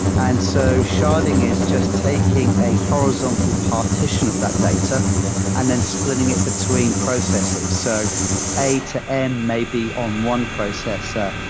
and so sharding is just taking a horizontal partition of that data and then splitting it between processes. so a to m may be on one processor,